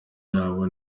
yabo